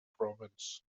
province